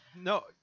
No